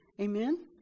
Amen